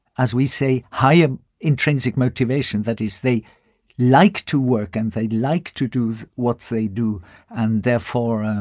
as we say, higher intrinsic motivation. that is, they like to work and they like to do what they do and therefore